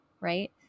right